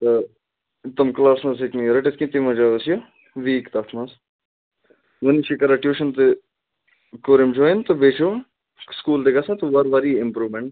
تہٕ تِم کٕلاس نَہ حظ ہیٚکہِ نہٕ یہِ رٔٹِتھ کیٚنٛہہ تَمہِ وجہ ٲس یہِ ویٖک تَتھ منٛز وۄنۍ چھِ یہِ کَران ٹیٛوٗشَن تہِ کوٚر أمۍ جۄایِن تہٕ بیٚیہِ چھٕ یِم سکوٗل تہِ گژھان تہٕ وارٕ وار یی اِمپرٛوٗمیٚنٛٹ